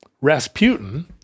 rasputin